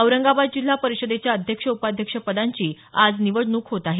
औरंगाबाद जिल्हा परीषदेच्या अध्यक्ष उपाध्यक्ष पदांची आज निवडणूक होत आहे